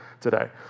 today